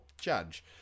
judge